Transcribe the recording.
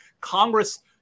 Congress